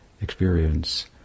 experience